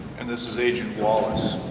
and this is agent wallace